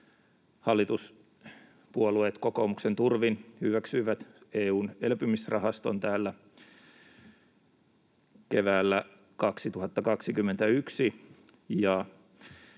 Hallituspuolueet kokoomuksen turvin hyväksyivät EU:n elpymisrahaston täällä keväällä 2021.